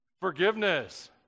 Forgiveness